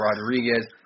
Rodriguez